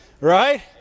Right